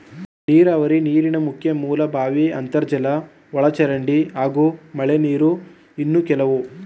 ನೀರಾವರಿ ನೀರಿನ ಮುಖ್ಯ ಮೂಲ ಬಾವಿ ಅಂತರ್ಜಲ ಒಳಚರಂಡಿ ಹಾಗೂ ಮಳೆನೀರು ಇನ್ನು ಕೆಲವು